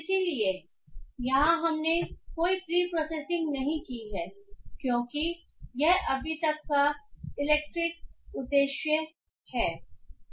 इसलिए यहां हमने कोई प्री प्रोसेसिंग नहीं किया है क्योंकि यह अभी तक का इलस्ट्रेटिव उद्देश्य है